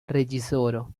reĝisoro